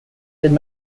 did